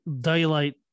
daylight